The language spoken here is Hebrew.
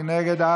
מי נגד?